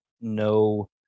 no